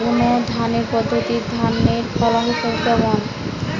বুনাধানের পদ্ধতিতে ধানের ফলন কেমন?